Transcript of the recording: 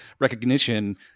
recognition